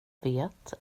vet